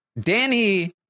Danny